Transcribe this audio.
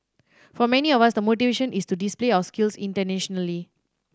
for many of us the motivation is to display our skills internationally